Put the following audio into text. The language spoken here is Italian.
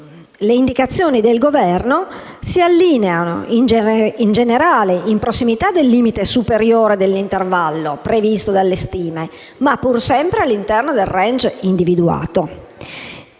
le indicazioni del Governo si allineano in generale in prossimità del limite superiore dell'intervallo previsto dalle stime, ma pur sempre all'interno del *range* individuato.